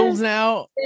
now